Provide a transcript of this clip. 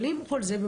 אבל עם כל זה,